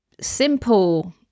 simple